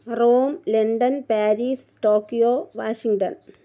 Rome London Paris Tokyo Washington